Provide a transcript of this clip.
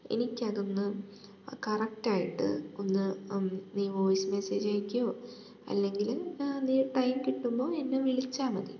എനിക്കതൊന്ന് കറക്റ്റായിട്ട് ഒന്ന് നീ വോയിസ് മെസ്സേജ് അയക്കുമോ അല്ലെങ്കിൽ നീ ടൈം കിട്ടുമ്പോൾ എന്നെ വിളിച്ചാൽ മതി